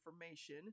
information